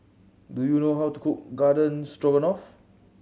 do you know how to cook Garden Stroganoff